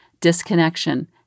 disconnection